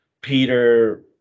Peter